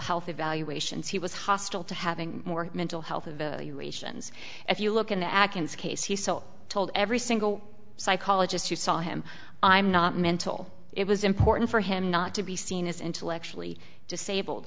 health evaluations he was hostile to having more mental health evaluation if you look at the actions case he so told every single psychologist who saw him i'm not mental it was important for him not to be seen as intellectually disabled